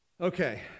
Okay